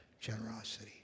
generosity